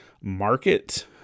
market